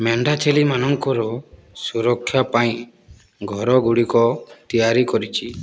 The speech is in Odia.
ମେଣ୍ଢା ଛେଳିମାନଙ୍କର ସୁରକ୍ଷା ପାଇଁ ଘରଗୁଡ଼ିକ ତିଆରି କରିଛି